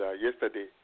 yesterday